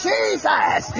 Jesus